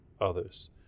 others